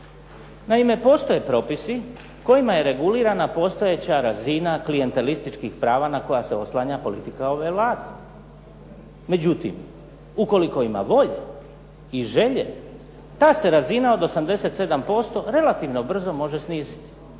Naime, postoje propisi kojima je regulirana postojeća razina klijentelističkih prava na koja se oslanja politika ove Vlade. Međutim, ukoliko ima volje i želje ta se razina od 87% relativno brzo može sniziti.